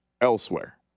elsewhere